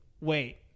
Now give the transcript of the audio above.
Wait